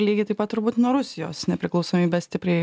lygiai taip pat turbūt nuo rusijos nepriklausomybė stipriai